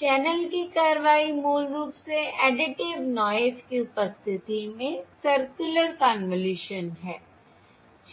channel की कारवाई मूल रूप से एडिटिव नॉयस की उपस्थिति में सर्कुलर कन्वॉल्यूशन है ठीक है